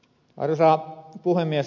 arvoisa puhemies